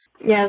Yes